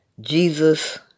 Jesus